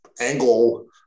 Angle